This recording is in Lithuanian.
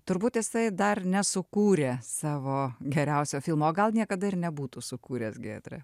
turbūt jisai dar nesukūrė savo geriausio filmo o gal niekada ir nebūtų sukūręs giedre